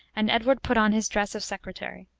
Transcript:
and edward put on his dress of secretary.